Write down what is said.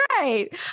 right